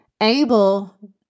Abel